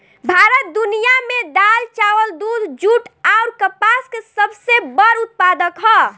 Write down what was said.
भारत दुनिया में दाल चावल दूध जूट आउर कपास के सबसे बड़ उत्पादक ह